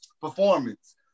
performance